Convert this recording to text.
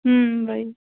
वही